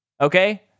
okay